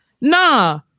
Nah